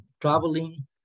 traveling